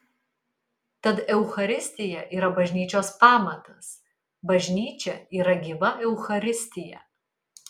tad eucharistija yra bažnyčios pamatas bažnyčia yra gyva eucharistija